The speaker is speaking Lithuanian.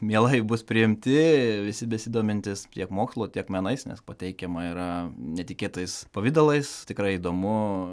mielai bus priimti visi besidomintys tiek mokslu tiek menais nes pateikiama yra netikėtais pavidalais tikrai įdomu